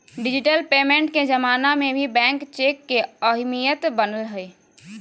digital payment के जमाना में भी बैंक चेक के अहमियत बनल हइ